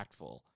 impactful